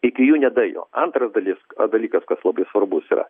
iki jų nedaėjo antra dalis dalykas kas labai svarbus yra